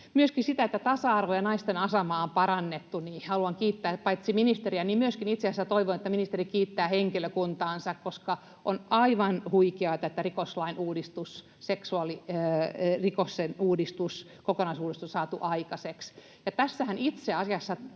siitä, että tasa-arvoa ja naisten asemaa on parannettu, niin itse asiassa myöskin toivon, että ministeri kiittää henkilökuntaansa, koska on aivan huikeata, että rikoslain uudistus, seksuaalirikosten kokonaisuudistus, on saatu aikaiseksi. Ja tässähän itse asiassa